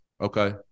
Okay